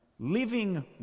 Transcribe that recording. Living